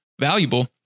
valuable